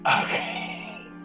Okay